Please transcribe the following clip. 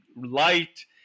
light